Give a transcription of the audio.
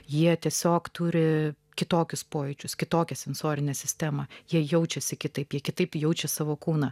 jie tiesiog turi kitokius pojūčius kitokią sensorinę sistemą jie jaučiasi kitaip kitaip jaučia savo kūną